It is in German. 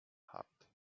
habt